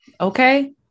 Okay